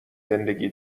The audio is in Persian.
زندگی